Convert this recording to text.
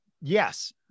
Yes